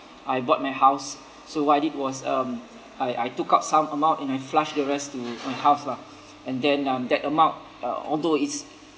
I bought my house so what I did was um I I took out some amount and I flush the rest to my house lah and then um that amount uh although it's